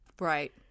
Right